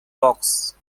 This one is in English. logs